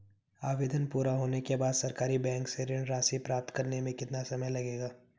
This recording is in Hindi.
आवेदन पूरा होने के बाद सरकारी बैंक से ऋण राशि प्राप्त करने में कितना समय लगेगा?